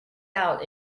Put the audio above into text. out